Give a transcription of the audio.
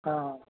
हँ